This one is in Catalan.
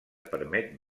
permet